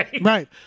Right